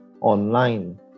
online